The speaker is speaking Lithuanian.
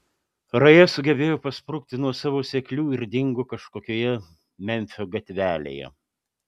raja sugebėjo pasprukti nuo savo seklių ir dingo kažkokioje memfio gatvelėje